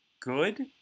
good